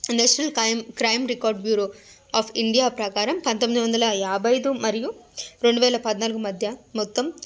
national crime crime record bureau of India ప్రకారం పంతొందొందల యాభై అయిదు మరియు రెండువేల పద్నాలుగు మధ్య మొత్తం